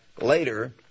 later